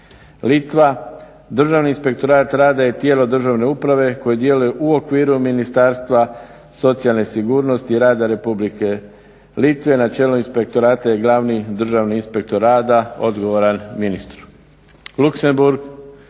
Litva, Državni inspektorat rada je tijelo državne uprave koje djeluje u okviru Ministarstva socijalne sigurnosti i rada Republike Litve. Na čelu inspektorata je glavni državni inspektor rada odgovoran ministru. Luksemburg,